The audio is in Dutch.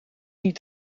niet